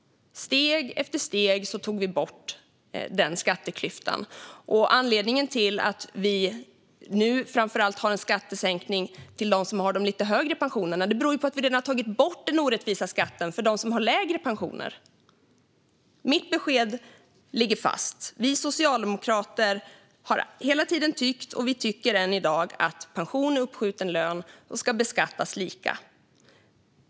Steg för steg tog vi bort den skatteklyftan. Anledningen till att vi nu framför allt har en skattesänkning för dem som har de lite högre pensionerna är att vi redan har tagit bort den orättvisa skatten för dem som har lägre pensioner. Mitt besked ligger fast. Vi socialdemokrater har hela tiden tyckt - och vi tycker det än i dag - att pension är uppskjuten lön och ska beskattas lika.